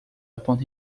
upon